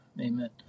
amen